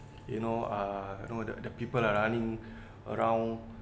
you know uh you know the the people are running around